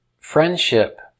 friendship